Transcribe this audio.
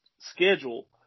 schedule